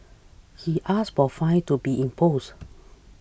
he asked for a fine to be imposed